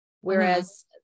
whereas